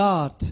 God